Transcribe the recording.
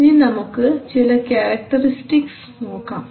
ഇനി നമുക്ക് ചില ക്യാരക്ടർസ്റ്റിക്സ് നോക്കാം